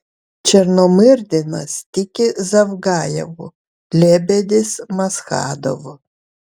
černomyrdinas tiki zavgajevu lebedis maschadovu